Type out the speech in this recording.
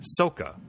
Soka